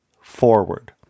forward